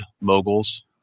moguls